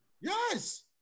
Yes